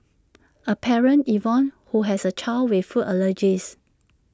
A parent Yvonne who has A child with food allergies